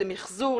למיחזור,